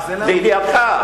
לידיעתך.